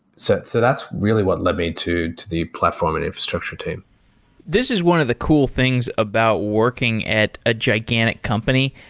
so so that's really what led me to to the platform and infrastructure team this is one of the cool things about working at a gigantic company,